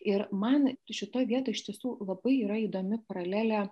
ir man šitoj vietoj ištisų labai yra įdomi paralelė